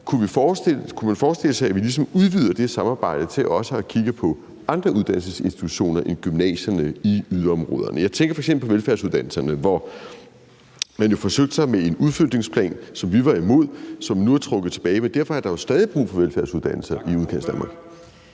Kunne man forestille sig, at vi ligesom udvider det samarbejde til også kigge på andre uddannelsesinstitutioner end gymnasierne i yderområderne? Jeg tænker f.eks. på velfærdsuddannelserne, hvor man jo forsøgte sig med en udflytningsplan, som vi var imod, og som nu er trukket tilbage, men derfor er der jo stadig brug for velfærdsuddannelser i Udkantsdanmark.